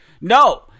No